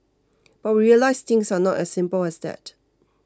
but we realised things are not as simple as that